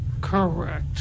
Correct